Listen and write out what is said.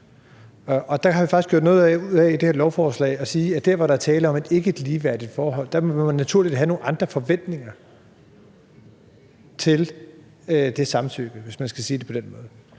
her lovforslag faktisk gjort noget ud af at sige, at der, hvor der ikke er tale om et ligeværdigt forhold, må man naturligt have nogle andre forventninger til det samtykke. Hvis man skal sige det på den måde.